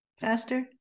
Pastor